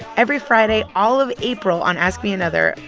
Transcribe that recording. every friday, all of april, on ask me another,